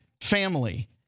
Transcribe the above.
family